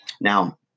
Now